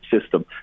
system